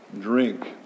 drink